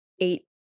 eight